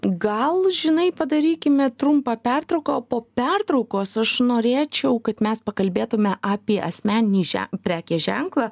gal žinai padarykime trumpą pertrauką o po pertraukos aš norėčiau kad mes pakalbėtume apie asmeninį že prekės ženklą